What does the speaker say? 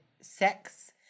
sex